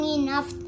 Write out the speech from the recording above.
enough